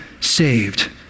saved